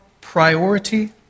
priority